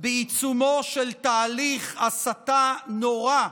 בעיצומו של תהליך הסתה נורא,